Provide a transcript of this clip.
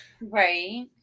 Right